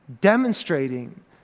demonstrating